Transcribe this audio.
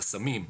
חסמים.